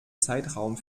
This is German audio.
zeitraum